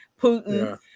putin